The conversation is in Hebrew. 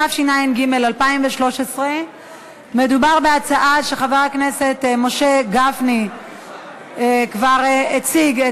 התשע"ג 2013. מדובר בהצעה שחבר הכנסת משה גפני כבר הציג,